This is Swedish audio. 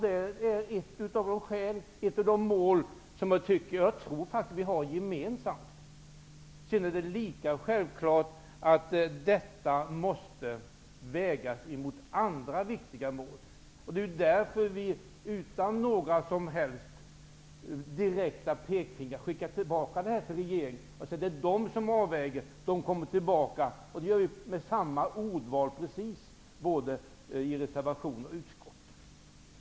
Det är ett av de mål som jag faktiskt tror att vi har gemensamt. Självfallet måste detta vägas mot andra viktiga mål. Vi skickar därför tillbaka förslaget till regeringen, utan några som helst direkta pekpinnar. Det är regeringen som gör avvägningen och som kommer tillbaka till riksdagen. Ordvalet är precis detsamma både i reservationen och i utskottstexten.